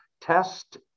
test